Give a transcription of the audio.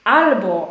albo